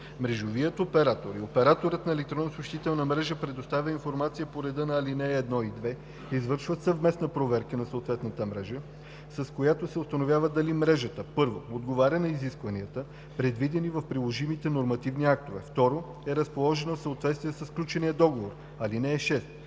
мрежовият оператор и операторът на електронна съобщителна мрежа, предоставил информация по реда на ал. 1 и 2, извършват съвместна проверка на съответната мрежа, с която се установява дали мрежата: 1. отговаря на изискванията, предвидени в приложимите нормативни актове; 2. е разположена в съответствие със сключения договор. (6)